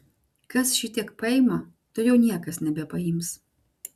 kas šitiek paima to jau niekas nebepaims